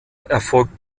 erfolgt